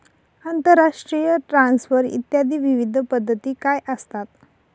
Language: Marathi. आंतरराष्ट्रीय ट्रान्सफर इत्यादी विविध पद्धती काय असतात?